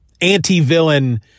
anti-villain